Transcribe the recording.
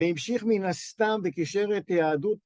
‫והמשיך מן הסתם וקישר את היהדות...